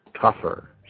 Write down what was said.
tougher